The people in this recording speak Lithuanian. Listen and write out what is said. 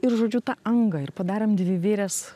ir žodžiu tą angą ir padarėm dvivėres